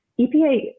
EPA